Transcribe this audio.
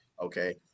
okay